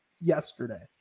yesterday